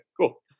cool